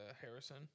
Harrison